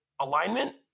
alignment